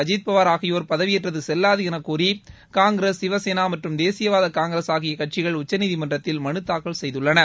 அஜித் பவார் ஆகியோர் பதவியேற்றது செல்வாது எனக்கோரி காங்கிரஸ் சிவசேனா மற்றும் தேசியவாத காங்கிரஸ் ஆகிய கட்சிகள் உச்சநீதிமன்றத்தில் மனுத்தாக்கல் செய்துள்ளன